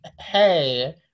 hey –